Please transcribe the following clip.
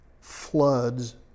Floods